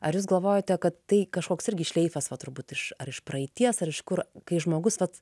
ar jūs galvojate kad tai kažkoks irgi šleifas va turbūt iš ar iš praeities ar iš kur kai žmogus vat